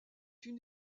une